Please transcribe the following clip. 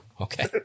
Okay